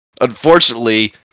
unfortunately